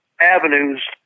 avenues